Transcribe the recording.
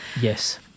Yes